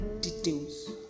details